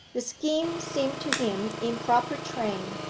the scheme seemed to him in proper train,